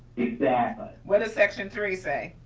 exactly. what does section three say?